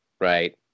right